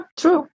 true،